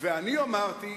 ואני אמרתי,